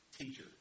teacher